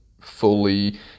fully